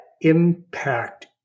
impact